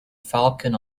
falcon